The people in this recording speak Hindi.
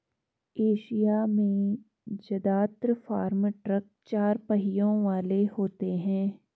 एशिया में जदात्र फार्म ट्रक चार पहियों वाले होते हैं